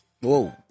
whoa